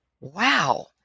Wow